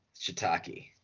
Shiitake